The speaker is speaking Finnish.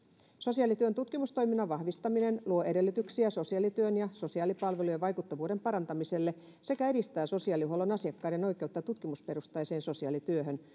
sosiaalityön tutkimustoiminnan vahvistaminen luo edellytyksiä sosiaalityön ja sosiaalipalvelujen vaikuttavuuden parantamiselle sekä edistää sosiaalihuollon asiakkaiden oikeutta tutkimusperustaiseen sosiaalityöhön